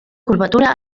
curvatura